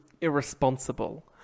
irresponsible